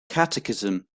catechism